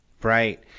Right